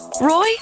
Roy